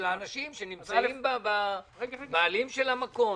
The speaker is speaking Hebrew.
של האנשים שהם בעלים של המקום.